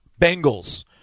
Bengals